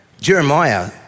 Jeremiah